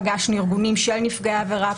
פגשנו ארגונים של נפגעי עבירה,